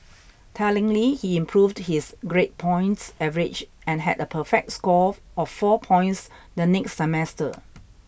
tellingly he improved his grade points average and had a perfect score of four points the next semester